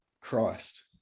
Christ